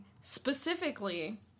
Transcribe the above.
specifically